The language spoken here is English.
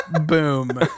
boom